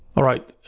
alright,